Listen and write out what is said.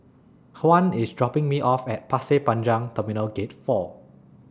Juan IS dropping Me off At Pasir Panjang Terminal Gate four